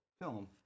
film